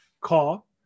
call